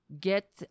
get